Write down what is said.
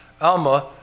Alma